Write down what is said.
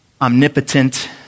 omnipotent